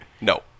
No